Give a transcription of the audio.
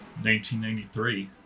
1993